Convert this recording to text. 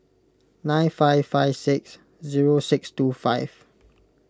nine five five six zero six two five